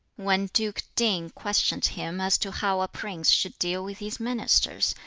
when duke ting questioned him as to how a prince should deal with his ministers,